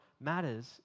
matters